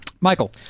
michael